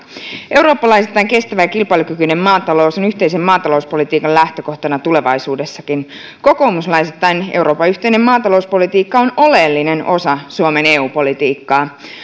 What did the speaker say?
eurooppalaisittain kestävä ja kilpailukykyinen maatalous on yhteisen maatalouspolitiikan lähtökohtana tulevaisuudessakin kokoomuslaisittain euroopan yhteinen maatalouspolitiikka on oleellinen osa suomen eu politiikkaa